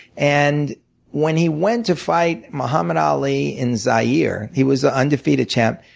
and when he went to fight mohammed ali in zaire, he was the undefeated champ,